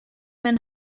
men